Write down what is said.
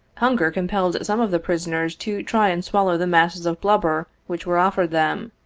hunger compelled some of the prisoners to try and swallow the masses of blubber which were offered them,